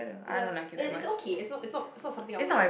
ya it it's okay it's not it's not it's not something I will like